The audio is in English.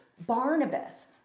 Barnabas